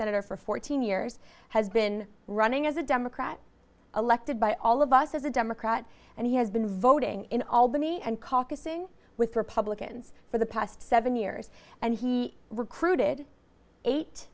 senator for fourteen years has been running as a democrat elected by all of us as a democrat and he has been voting in albany and caucusing with republicans for the past seven years and he recruited eight